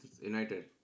United